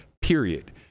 period